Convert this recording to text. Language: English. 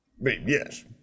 Yes